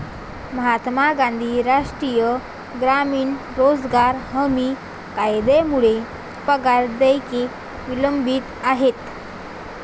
महात्मा गांधी राष्ट्रीय ग्रामीण रोजगार हमी कायद्यामुळे पगार देयके विलंबित आहेत